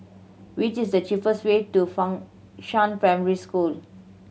which is the cheapest way to Fengshan Primary School